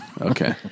Okay